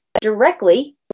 directly